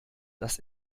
das